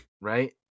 Right